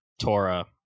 Torah